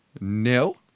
No